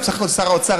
אני בסך הכול שר האוצר,